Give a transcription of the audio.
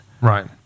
Right